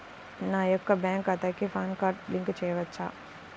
నా యొక్క బ్యాంక్ ఖాతాకి పాన్ కార్డ్ లింక్ చేయవచ్చా?